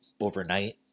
overnight